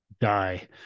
die